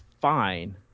fine